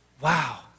Wow